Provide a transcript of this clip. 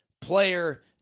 player